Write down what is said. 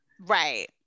right